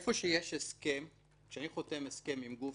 כשאני חותם הסכם עם גוף